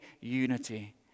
unity